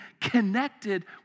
connected